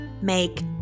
Make